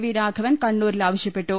V Raghavan കണ്ണൂരിൽ ആവശ്യപ്പെട്ടു